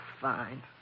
fine